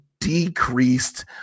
decreased